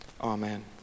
amen